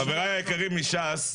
חבריי היקרים מש"ס,